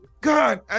god